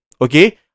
Okay